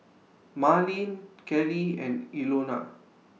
Marleen Kellie and Ilona